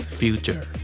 future